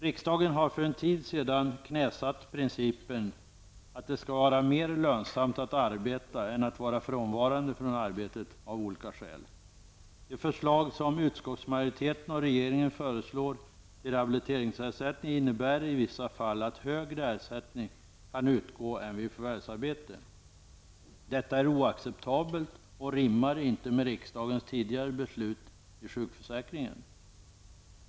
Riksdagen har för en tid sedan knäsatt principen att det skall vara mer lönsamt att arbeta än av olika skäl vara frånvarande från arbetet. Utskottsmajoritetens och regeringens förslag till rehabiliteringsersättning innebär i vissa fall att högre ersättning kan utgå än vid förvärvsarbete. Detta är oacceptabelt och rimmar inte med riksdagens tidigare beslut när det gäller sjukförsäkringen.